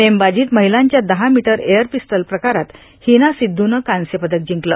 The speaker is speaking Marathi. नेमबाजीत महिलांच्या दहा मीटर एयर पिस्टल प्रकारात हिना सिद्धनं कांस्य पदक जिंकलं